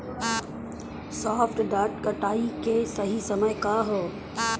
सॉफ्ट डॉ कटाई के सही समय का ह?